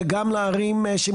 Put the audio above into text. אלא גם לערים שהן